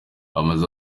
amaze